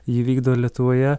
jį vykdo lietuvoje